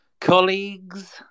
colleagues